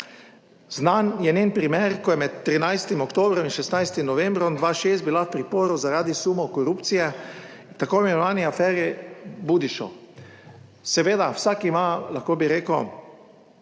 Znan je njen primer, ko je med 13. oktobrom in 16. novembrom 2006 bila v priporu zaradi sumov korupcije, tako imenovani aferi Budišu. Seveda, vsak ima, lahko bi rekel,